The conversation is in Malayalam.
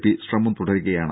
പി ശ്രമം തുടരുകയാണ്